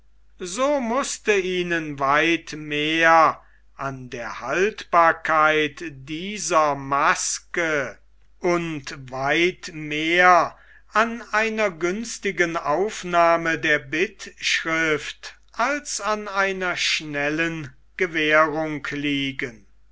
so mußte ihnen weit mehr an der haltbarkeit dieser maske und weit mehr an einer günstigen aufnahme der bittschrift als an einer schnellen gewährung liegen